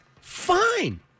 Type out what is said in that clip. fine